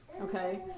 okay